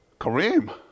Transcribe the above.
Kareem